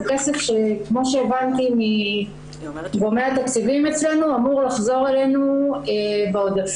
זה כסף שכמו שהבנתי מגורמי התקציבים אצלנו אמור לחזור אלינו בעודפים,